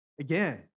again